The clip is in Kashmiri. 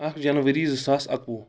اکھ جَنؤری زٕ ساس اَکوُہ